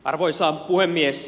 arvoisa puhemies